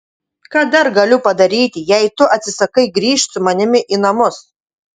ką dar galiu padaryti jei tu atsisakai grįžt su manimi į namus